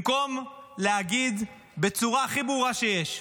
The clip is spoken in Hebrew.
במקום להגיד בצורה הכי ברורה שיש: